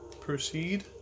Proceed